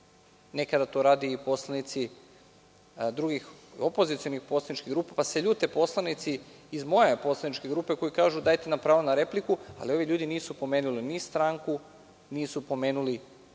Nekada to rade i poslanici drugih opozicionih poslaničkih grupa, pa se ljute poslanici iz moje poslaničke grupe, koji kažu – dajte nam pravo na repliku, ali ovi ljudi nisu pomenuli ni stranku, nisu pomenuli